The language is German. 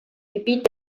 gebiet